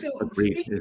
Agreed